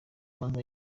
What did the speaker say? imanza